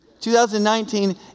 2019